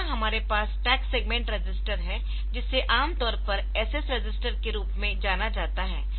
अगला हमारे पास स्टैक सेगमेंट रजिस्टर है जिसे आमतौर पर SS रजिस्टर के रूप में जाना जाता है